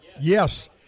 Yes